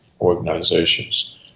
organizations